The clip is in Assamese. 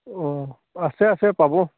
অঁ আছে আছে পাব